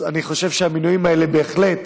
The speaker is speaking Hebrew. אני חושב שהמינויים האלה הם בהחלט